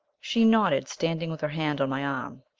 she nodded, standing with her hand on my arm.